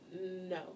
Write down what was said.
No